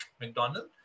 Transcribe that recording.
McDonald